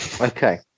okay